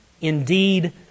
indeed